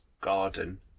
garden